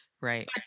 Right